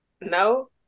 No